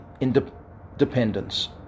independence